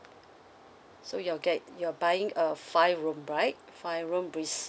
so you are get you are buying a five room right five room with